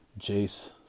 Jace